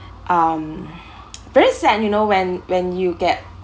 um very sad you know when when you get